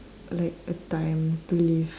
like a time to live